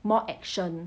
more action